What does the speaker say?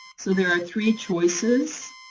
so there are three choices.